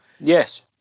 Yes